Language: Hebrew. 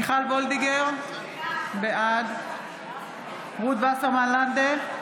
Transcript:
מיכל וולדיגר, בעד רות וסרמן לנדה,